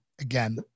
again